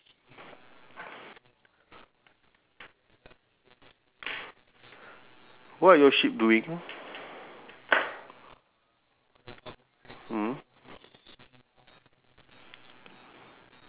one one two three four five six seven eight nine ten I think I just circle the sheep that's why become ten